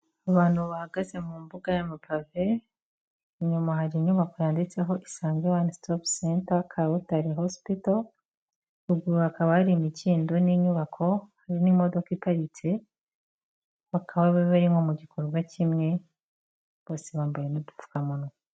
Abantu bahagaze mu mbuga y'amapave, inyuma hari inyubako yanditseho isange wani sitopu senta Kabutare hosipito, ruguru hakaba hari imikindo n'inyubako hari n'imodoka iparitse, bakaba bari nko mu gikorwa kimwe bose bambaye n'udupfukamunwa.